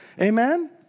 Amen